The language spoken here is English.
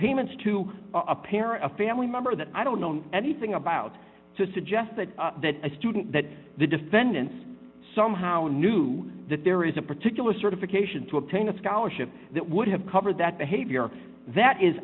payments to a pair of family member that i don't know anything about to suggest that that a student that the defendants somehow knew that there is a particular certification to obtain a scholarship that would have covered that behavior that is